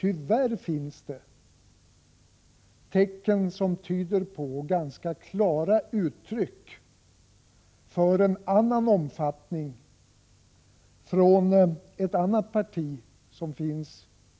Det finns tyvärr tecken som tyder på att ett parti här i riksdagen har en annan syn på omfattningen